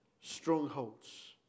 strongholds